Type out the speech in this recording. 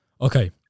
Okay